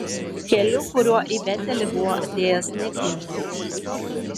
keliu kuriuo į betelį buvo atėjęs negrįžo